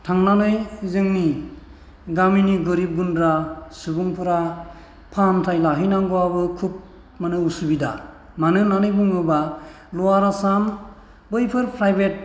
थांनानै जोंनि गामिनि गोरिब गुन्द्रा सुबुंफोरा फाहामथाय लाहैनांगौआबो खुब माने असुबिदा मानो होननानै बुङोबा लवार आसाम बैफोर प्राइभेट